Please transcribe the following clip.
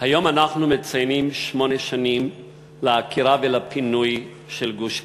היום אנחנו מציינים שמונה שנים לעקירה ולפינוי של גוש-קטיף,